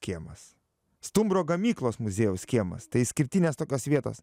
kiemas stumbro gamyklos muziejaus kiemas tai išskirtinės tokios vietos